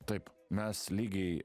taip mes lygiai